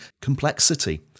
complexity